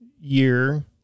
year